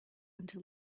until